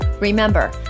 Remember